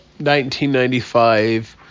1995